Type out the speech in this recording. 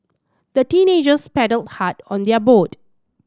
the teenagers paddled hard on their boat